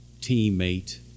teammate